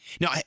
Now